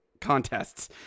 contests